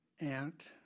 aunt